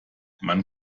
man